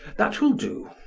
that will do.